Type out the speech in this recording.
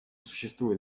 существуют